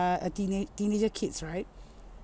uh a teena~ teenager kids right